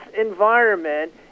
environment